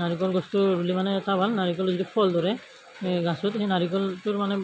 নাৰিকল গছটো ৰুলে মানে এটা ভাল নাৰিকল যিটো ফল ধৰে গছত সেই নাৰিকলটোৰ মানে